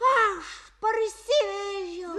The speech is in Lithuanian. aš parsivežiau